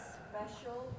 special